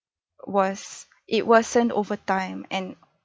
was it wasn't over time and